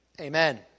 Amen